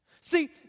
See